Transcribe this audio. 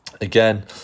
again